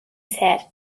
said